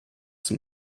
zum